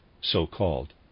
so-called